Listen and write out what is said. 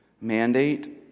mandate